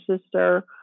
sister